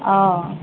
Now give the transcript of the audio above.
অঁ